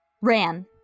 ran